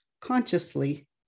consciously